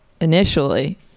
initially